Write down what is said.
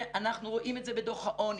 אנחנו רואים את זה בדוח העוני.